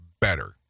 better